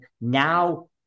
now